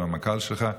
והמנכ"ל שלך,